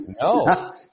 no